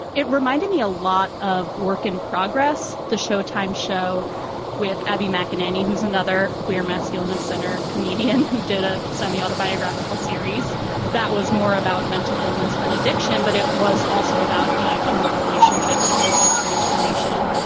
it reminded me a lot of work in progress. the showtime show with abby mcinerney, who's another queer masculine of center comedian who did a semi-autobiographical series that was more about mental illness than addiction. but it was also about, you know, a new relationship and a personal transformation.